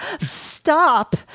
stop